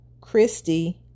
Christy